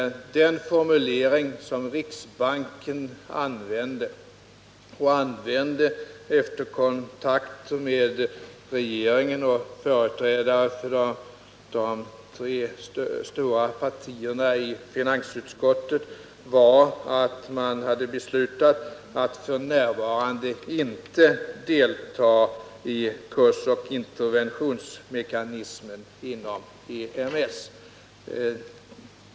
Den formulering som riksbanken använde, efter kontakter med regeringen och företrädare för de tre stora partierna i finansutskottet, var att man hade beslutat att f. n. inte delta i kursoch interventionsmekanismen inom EMS.